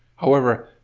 however,